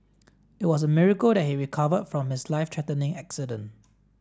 it was a miracle that he recover from his life threatening accident